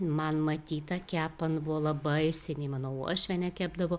man matyta kepan buvo labai seniai mano uošvienė kepdavo